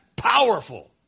powerful